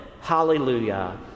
Hallelujah